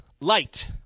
light